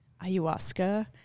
ayahuasca